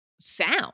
Sound